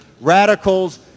radicals